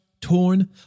torn